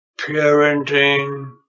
parenting